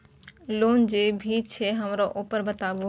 Loan जे भी छे हमरा ऊपर बताबू?